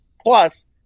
plus